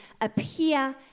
appear